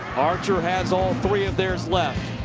archer has all three of theirs left.